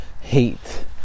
hate